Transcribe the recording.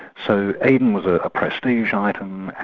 so aden was a ah prestige item,